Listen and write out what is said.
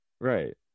right